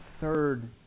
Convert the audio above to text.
third